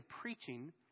preaching